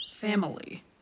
family